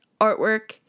artwork